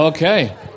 Okay